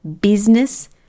business